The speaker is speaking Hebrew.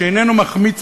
שאיננו מחמיץ,